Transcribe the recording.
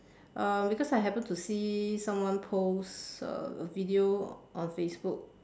uh because I happened to see someone post a video on Facebook